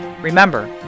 Remember